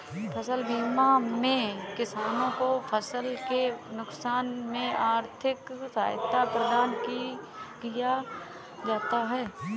फसल बीमा में किसानों को फसल के नुकसान में आर्थिक सहायता प्रदान किया जाता है